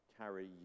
carry